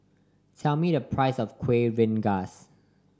tell me the price of Kuih Rengas